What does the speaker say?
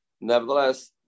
nevertheless